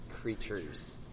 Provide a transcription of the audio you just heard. creatures